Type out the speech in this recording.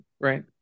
right